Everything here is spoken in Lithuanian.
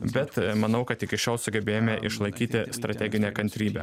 bet manau kad iki šiol sugebėjome išlaikyti strateginę kantrybę